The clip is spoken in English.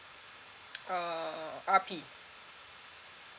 uh R_P